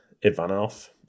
Ivanov